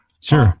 Sure